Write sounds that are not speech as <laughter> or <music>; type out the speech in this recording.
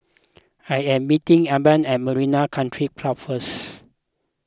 <noise> I am meeting Abie at Marina Country Club first